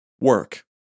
work